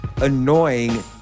annoying